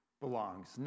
belongs